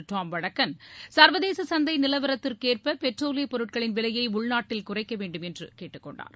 டோம் வடக்கன் சர்வதேச சந்தை நிலவரத்திற்கேற்ப பெட்ரோலியப் பொருட்களின் விலையை உள்நாட்டில் குறைக்க வேண்டுமென்றும் கேட்டுக் கொண்டார்